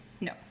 No